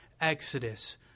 exodus